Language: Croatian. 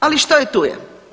Ali, što je tu je.